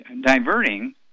diverting